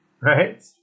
right